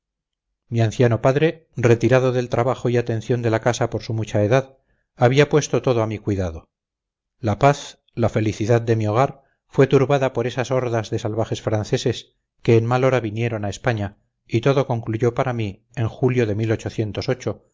mi anciano padre retirado del trabajo y atención de la casa por su mucha edad había puesto todo a mi cuidado la paz la felicidad de mi hogar fue turbada por esas hordas de salvajes franceses que en mal hora vinieron a españa y todo concluyó para mí en julio de